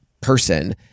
person